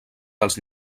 dels